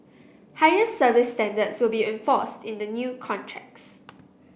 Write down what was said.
higher service standards will be enforced in the new contracts